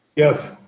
yes.